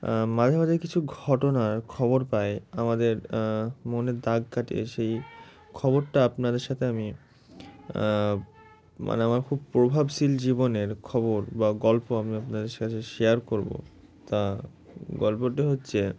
মাঝে মাঝে কিছু ঘটনার খবর পাই আমাদের মনের দাগ কাটে সেই খবরটা আপনাদের সাথে আমি মানে আমার খুব প্রভাবশীল জীবনের খবর বা গল্প আমি আপনাদের সাথে শেয়ার করবো তা গল্পটি হচ্ছে